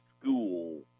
school